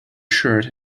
shirt